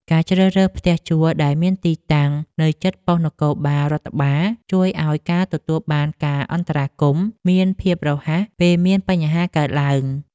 ការជ្រើសរើសផ្ទះជួលដែលមានទីតាំងនៅជិតប៉ុស្តិ៍នគរបាលរដ្ឋបាល ជួយឱ្យការទទួលបានការអន្តរាគមន៍មានភាពរហ័សពេលមានបញ្ហាកើតឡើង។